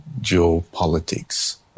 geopolitics